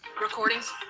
Recordings